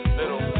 little